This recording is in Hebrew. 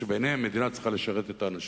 שבעיניהם מדינה צריכה לשרת את האנשים,